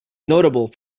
notable